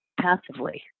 passively